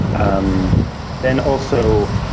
um then also,